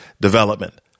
development